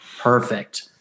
perfect